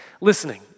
listening